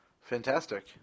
Fantastic